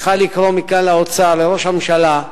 צריכה לקרוא מכאן לאוצר, לראש הממשלה: